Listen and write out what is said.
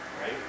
right